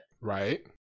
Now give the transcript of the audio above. right